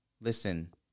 listen